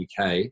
UK